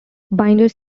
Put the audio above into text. binders